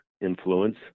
influence